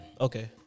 Okay